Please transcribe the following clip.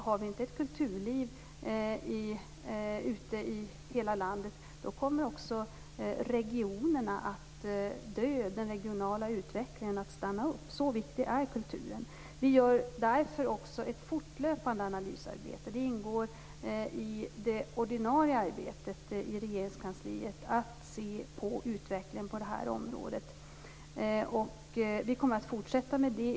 Har vi inte ett kulturliv i hela landet kommer också regionerna att dö, den regionala utvecklingen att stanna upp. Så viktig är kulturen. Vi gör därför ett fortlöpande analysarbete. Det ingår i det ordinarie arbetet i Regeringskansliet att se på utvecklingen på det här området. Vi kommer att fortsätta med det.